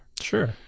Sure